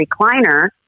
recliner